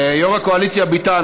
יו"ר הקואליציה ביטן,